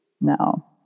No